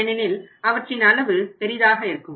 ஏனெனில் அவற்றின் அளவு பெரிதாக இருக்கும்